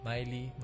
Miley